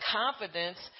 confidence